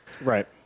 right